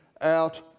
out